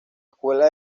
escuela